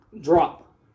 drop